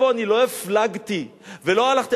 פה אני לא הפלגתי ולא הלכתי,